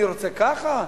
אני רוצה ככה,